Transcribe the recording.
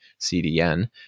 CDN